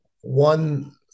one